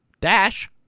dash